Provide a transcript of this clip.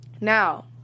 now